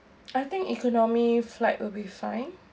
I think economy flight will be fine